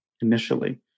initially